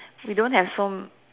we don't have phone